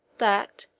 that,